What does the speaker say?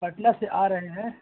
پٹلہ سے آ رہے ہیں